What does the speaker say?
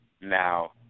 Now